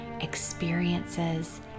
experiences